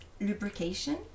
lubrication